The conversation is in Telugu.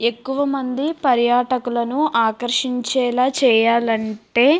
ఎక్కువమంది పర్యాటకులను ఆకర్షించేలా చేయాలంటే